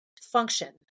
function